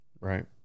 right